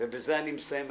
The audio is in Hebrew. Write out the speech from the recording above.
ובזה אני מסיים.